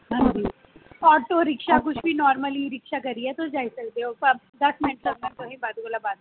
अंबारां अगर तुस main city च जागेओ ते अंबारां बस्स इ'यै अट्ठ दस किलोमीटर दूर ऐ बड़ी दूर नीं ऐ